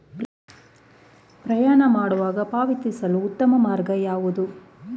ಪ್ರಯಾಣ ಮಾಡುವಾಗ ಪಾವತಿಸಲು ಉತ್ತಮ ಮಾರ್ಗ ಯಾವುದು?